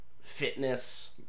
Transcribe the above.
fitness